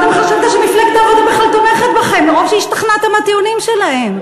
קודם חשבת שמפלגת העבודה בכלל תומכת בכם מרוב שהשתכנעת מהטיעונים שלהם.